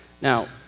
Now